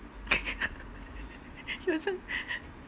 有这样